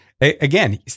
again